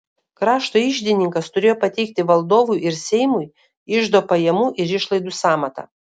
krašto iždininkas turėjo pateikti valdovui ir seimui iždo pajamų ir išlaidų sąmatą